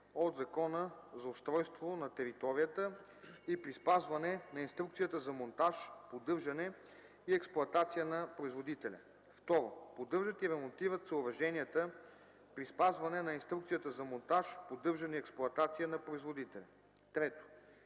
от Закона за устройство на територията и при спазване на инструкцията за монтаж, поддържане и експлоатация на производителя; 2. поддържат и ремонтират съоръженията при спазване на инструкцията за монтаж, поддържане и експлоатация на производителя; 3.